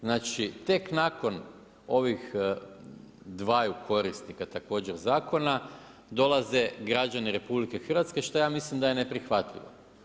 Znači, tek nakon ovih dvaju korisnika, također zakona, dolaze građani RH što ja mislim da je neprihvatljivo.